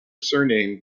surname